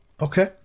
Okay